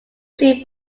see